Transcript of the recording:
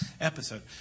episode